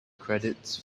credits